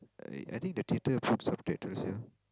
I I think the theater puts up that ah